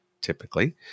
typically